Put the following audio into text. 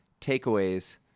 takeaways